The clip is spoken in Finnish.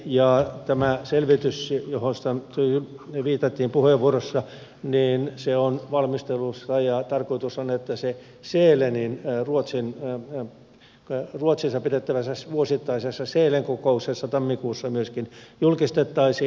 ja tämä selvitys johon viitattiin puheenvuorossa on valmistelussa ja tarkoitus on että se ruotsissa pidettävässä vuosittaisessa sälen kokouksessa tammikuussa myöskin julkistettaisiin